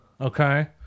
okay